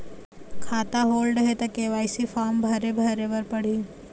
खाता होल्ड हे ता के.वाई.सी फार्म भरे भरे बर पड़ही?